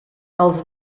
als